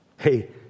Hey